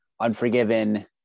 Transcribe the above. Unforgiven